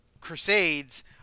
crusades